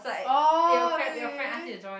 oh really